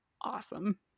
awesome